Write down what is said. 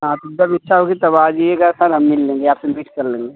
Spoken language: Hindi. हाँ तो जब इच्छा होगी तब आ जाइएगा सर हम मिल लेंगे आपसे मीट कर लेंगे